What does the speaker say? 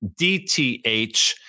DTH